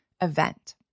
event